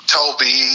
Toby